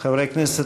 חברי הכנסת,